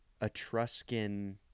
etruscan